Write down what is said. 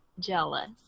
Jealous